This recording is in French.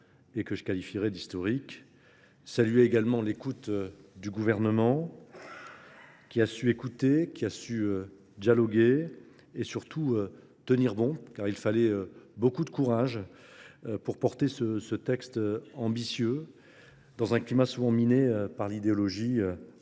et que je qualifierais d'historique, saluer également l'écoute du gouvernement, qui a su écouter, qui a su dialoguer et surtout tenir bon car il fallait beaucoup de courage pour porter ce texte ambitieux dans un climat souvent miné par l'idéologie ou encore